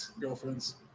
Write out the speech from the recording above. Girlfriends